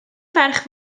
ferch